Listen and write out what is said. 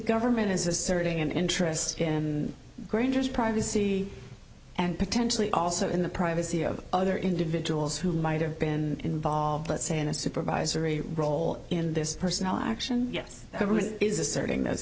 government is asserting an interest in granger's privacy and potentially also in the privacy of other individuals who might have been involved let's say in a supervisory role in this personal action yes the government is asserting those